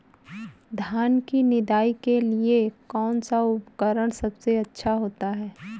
धान की निदाई के लिए कौन सा उपकरण सबसे अच्छा होता है?